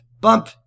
bump